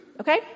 Okay